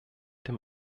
dem